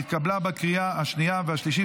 התקבלה בקריאה השנייה והשלישית,